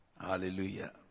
Hallelujah